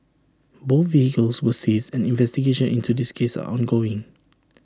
both vehicles were seized and investigations into this case are ongoing